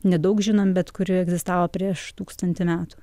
nedaug žinom bet kuri egzistavo prieš tūkstantį metų